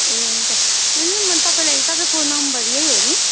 ए हुन्छ सुन्नु न मैले तपाईँलाई तपाईँको नम्बर यही हो नि